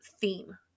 theme